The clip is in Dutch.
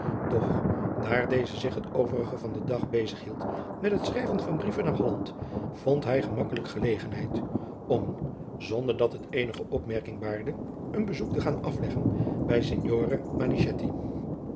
doch daar deze zich het overige van den dag bezig hield met het schrijven van brieven naar holland vond hij gemakkelijk gelegenheid om zonder dat het eenige opmerking baarde een bezoek te gaan afleggen bij